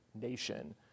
nation